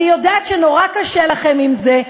אני יודעת שנורא קשה לכם עם זה,